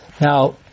Now